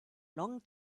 long